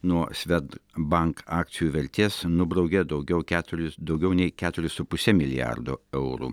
nuo sved bank akcijų vertės nubraukė daugiau keturis daugiau nei keturis su puse milijardo eurų